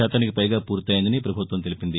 శాతానికి పైగా పూర్తయ్యందని పభుత్వం తెలిపింది